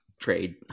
trade